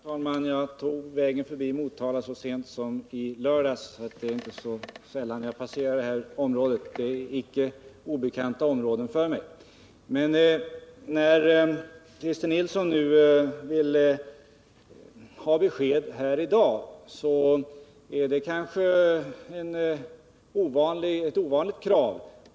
Herr talman! Jag tog vägen förbi Motala så sent som i lördags, så det är inte så sällan jag passerar detta område och det är icke obekant för mig. När Christer Nilsson nu vill ha besked här i dag är det kanske ett ovanligt krav.